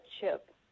chip